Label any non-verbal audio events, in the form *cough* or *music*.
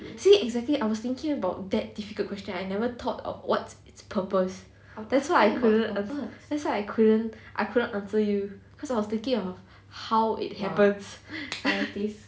see exactly I was thinking about that difficult question I never thought of what's its purpose that's why I couldn't that's why I couldn't I couldn't answer you because I was thinking about how it happens *laughs*